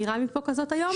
היום,